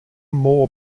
more